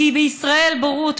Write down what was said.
כי בישראל בורות,